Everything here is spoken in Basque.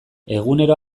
egunero